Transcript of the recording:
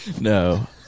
No